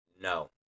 No